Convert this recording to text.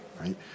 right